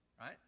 Right